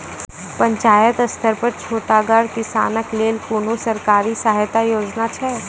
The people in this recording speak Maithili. पंचायत स्तर पर छोटगर किसानक लेल कुनू सरकारी सहायता योजना छै?